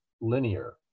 linear